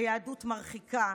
ליהדות מרחיקה,